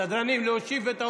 סדרנים, להושיב את העומדים.